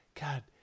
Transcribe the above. God